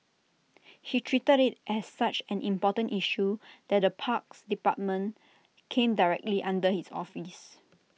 he treated IT as such an important issue that the parks department came directly under his office